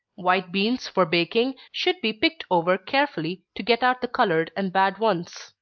white beans for baking, should be picked over carefully to get out the colored and bad ones